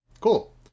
Cool